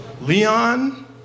Leon